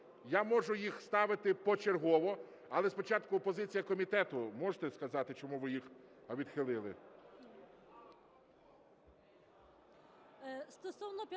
Я можу їх ставити почергово. Але спочатку позиція комітету. Можете сказати, чому ви їх відхилили?